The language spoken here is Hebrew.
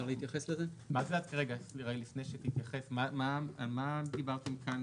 על מה דיברתם כאן